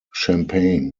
champaign